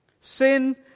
Sin